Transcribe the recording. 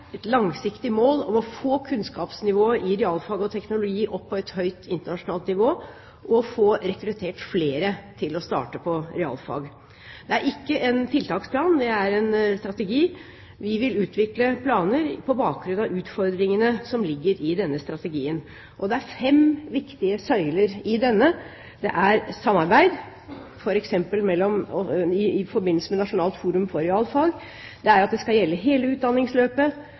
et langsiktig mål å få kunnskapsnivået i realfag og teknologi opp på et høyt internasjonalt nivå og få rekruttert flere til å starte på realfag. Det er ikke en tiltaksplan; det er en strategi. Vi vil utvikle planer på bakgrunn av utfordringene som ligger i denne strategien. Det er flere viktige søyler i denne: Det er samarbeid, f.eks. i forbindelse med Nasjonalt forum for realfag, det er at det skal gjelde hele utdanningsløpet,